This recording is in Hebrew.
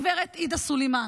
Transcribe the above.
הגב' עאידה סלימאן,